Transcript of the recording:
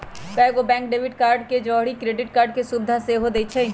कएगो bank debit card के जौरही क्रेडिट कार्ड के सुभिधा सेहो देइ छै